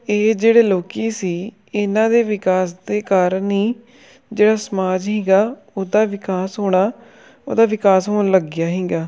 ਇਹ ਜਿਹੜੇ ਲੋਕ ਸੀ ਇਹਨਾਂ ਦੇ ਵਿਕਾਸ ਦੇ ਕਾਰਨ ਹੀ ਜਿਹੜਾ ਸਮਾਜ ਸੀਗਾ ਉਹਦਾ ਵਿਕਾਸ ਹੋਣਾ ਉਹਦਾ ਵਿਕਾਸ ਹੋਣ ਲੱਗ ਗਿਆ ਸੀਗਾ